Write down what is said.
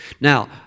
Now